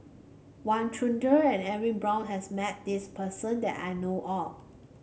Wang Chunde and Edwin Brown has met this person that I know of